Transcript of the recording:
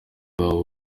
babo